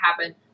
happen